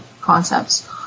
concepts